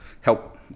help